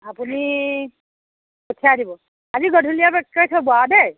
আপুনি পঠিয়াই দিব আজি গধূলিয়ে পেক কৰি থ'ব আৰু দেই